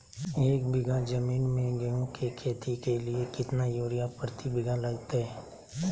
एक बिघा जमीन में गेहूं के खेती के लिए कितना यूरिया प्रति बीघा लगतय?